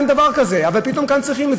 אין דבר כזה, אבל פתאום כאן צריכים.